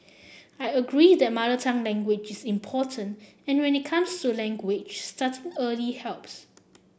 I agree that mother tongue language is important and when it comes to language starting early helps